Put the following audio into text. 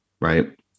right